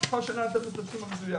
עד שהיה את החישוב המדויק.